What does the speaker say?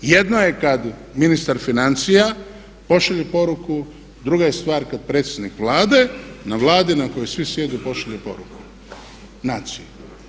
Jedno je kad ministar financija pošalje poruku, druga je stvar kad predsjednik Vlade na Vladi na kojoj svi sjede pošalje poruku naciji.